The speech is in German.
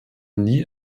nie